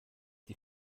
die